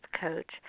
coach